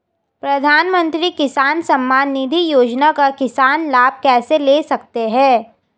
प्रधानमंत्री किसान सम्मान निधि योजना का किसान लाभ कैसे ले सकते हैं?